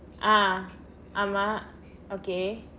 ah ஆமாம்:aamaam okay